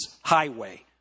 highway